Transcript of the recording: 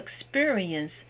experience